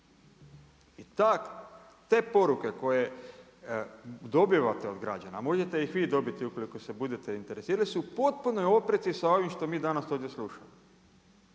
I te poruke koje dobivate od građana, a možete ih i vi dobiti ukoliko se budete interesirali, su potpuno opreci sa ovime što mi danas ovdje slušamo.